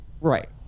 Right